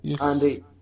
Andy